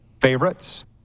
favorites